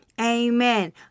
Amen